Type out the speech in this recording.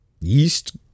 Yeast